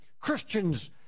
Christians